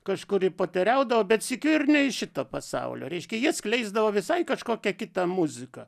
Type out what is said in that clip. kažkuri poteriaudavo bet sykiu ir ne iš šito pasaulio reiškia jie atskleisdavo visai kažkokią kitą muziką